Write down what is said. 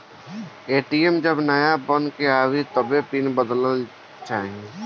ATM जब नाया बन के आवे तबो पिन बदल लेवे के चाही